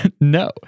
No